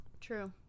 true